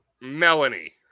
Melanie